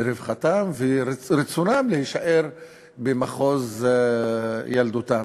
ולרווחתם ורצונם להישאר במחוז ילדותם.